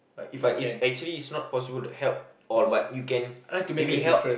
but it's actually it's not possible to help all but you can maybe help